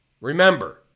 Remember